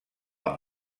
amb